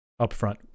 Upfront